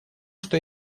что